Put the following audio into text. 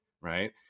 right